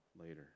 later